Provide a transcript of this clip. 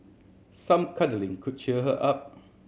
some cuddling could cheer her up